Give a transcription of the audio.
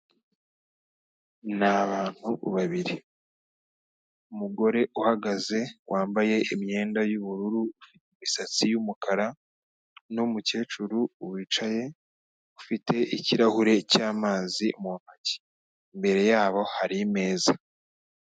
Ni abantu babiri. Umugore uhagaze wambaye imyenda y'ubururu, imisatsi y'umukara, n'umukecuru wicaye, ufite ikirahure cy'amazi mu ntoki. Imbere yabo hari imeza.